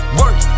work